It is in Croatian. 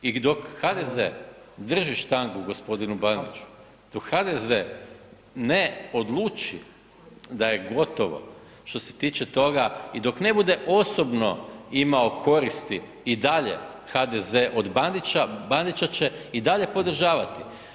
I dok HDZ drži štangu g. Bandiću, dok HDZ ne odluči da je gotovo, što se tiče toga i dok ne bude osobno imao koristi i dalje HDZ od Bandića, Bandića će i dalje podržavati.